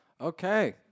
Okay